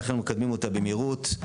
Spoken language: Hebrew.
ולכן מקדמים אותה במהירות.